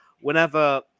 whenever